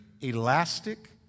elastic